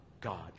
God